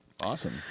Awesome